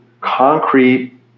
concrete